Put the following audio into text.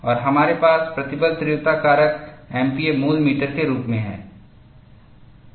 और हमारे पास प्रतिबल तीव्रता कारक एमपीए मूल मीटर के रूप में है